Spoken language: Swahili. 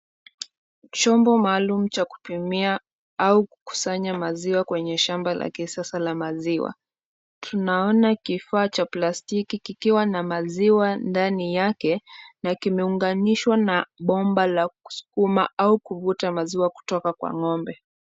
Chombo maalum cha kupimia au kukusanya maziwa kwenye shamba la kisasa la maziwa. Tunaona kifaa cha plastiki kikiwa na maziwa ndani yake na kimeunganishwa na bomba la kuskuma au kuvuta maziwa kutoka kwa ng'ombe.